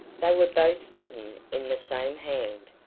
they were both written in the same hand.